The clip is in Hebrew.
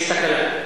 יש תקלה.